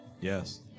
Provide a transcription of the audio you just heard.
Yes